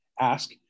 Ask